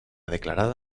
declarada